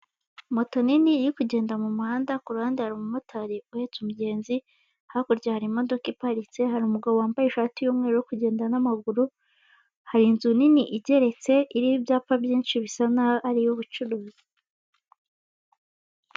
Moto nini iri kugenda mu muhanda ku ruhande hari umumotari uhetse umugenzi, hakurya hari imodoka iparitse, hari umugabo wambaye ishati y'umweru uri kugenda n'amaguru hari inzu nini igeretse iriho ibyapa byinshi bisa naho ari iy'ubucuruzi.